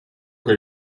che